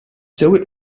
sewwieq